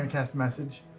um cast message.